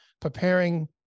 preparing